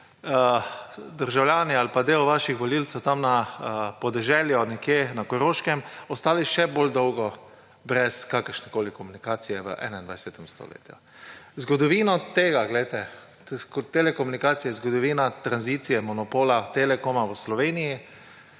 državljani ali del vaših volivcev, tam na podeželju nekje na Koroškem, ostali še bolj dolgo brez kakršnekoli komunikacije v 21. stoletju. Zgodovino tega, poglejte, telekomunikacije, zgodovina tranzicije, monopola Telekoma v Sloveniji,